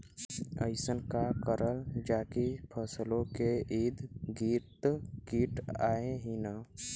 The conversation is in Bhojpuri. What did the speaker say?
अइसन का करल जाकि फसलों के ईद गिर्द कीट आएं ही न?